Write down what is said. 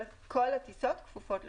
כל הטיסות כפופות לקיבולת.